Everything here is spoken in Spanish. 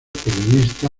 periodista